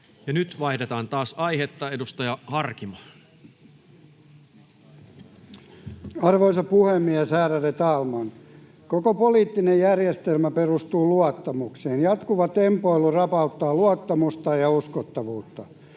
(Harry Harkimo liik) Time: 16:57 Content: Arvoisa puhemies, ärade talman! Koko poliittinen järjestelmä perustuu luottamukseen. Jatkuva tempoilu rapauttaa luottamusta ja uskottavuutta.